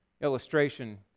illustration